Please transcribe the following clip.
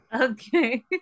Okay